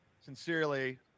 sincerely